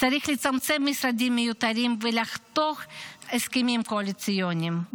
צריך לצמצם משרדים מיותרים ולחתוך הסכמים קואליציוניים,